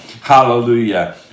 Hallelujah